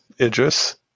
Idris